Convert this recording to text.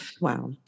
Wow